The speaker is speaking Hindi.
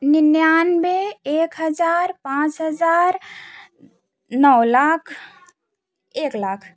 निन्याबे एक हज़ार पाँच हज़ार नौ लाख एक लाख